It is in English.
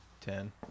Ten